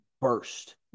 burst